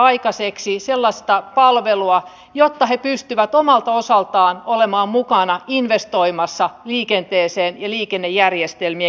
pitkällä tähtäyksellä tämä johtaa vielä suurempiin investointeihin kun kalusto niin sanotusti hajoaa käsiin